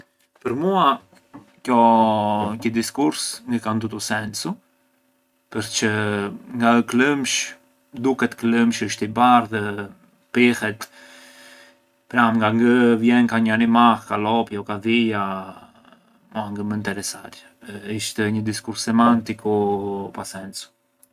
Për mua qi diskurs ngë ka ndutu sensu, përçë nga ë klëmshë, duket klëmshë është i bardhë, pihet, pranë nga ngë vjen ka një animall, ka lopja, ka dhia, mua ngë më nteresar, isht një diskurs semanticu pa sensu.